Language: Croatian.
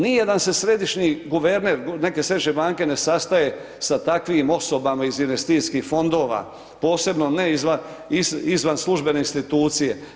Nijedan se središnji guverner, neke središnje banke ne sastaje sa takvim osobama iz investicijskih fondova posebno ne izvan službene institucije.